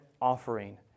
offering